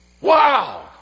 Wow